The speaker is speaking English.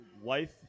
wife